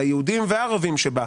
על היהודים והערבים שבה,